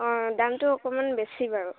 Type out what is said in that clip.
অঁ দামটো অকণমান বেছি বাৰু